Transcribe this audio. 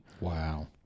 Wow